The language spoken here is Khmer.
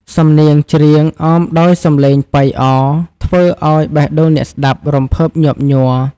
សំនៀងច្រៀងអមដោយសំឡេងប៉ីអរ ធ្វើឱ្យបេះដូងអ្នកស្ដាប់រំភើបញាប់ញ័រ។